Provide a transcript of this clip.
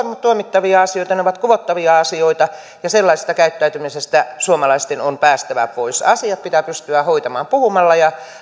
tuomittavia asioita ne ovat kuvottavia asioita sellaisesta käyttäytymisestä suomalaisten on päästävä pois asiat pitää pystyä hoitamaan puhumalla ja